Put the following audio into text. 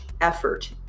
effort